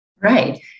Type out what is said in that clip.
right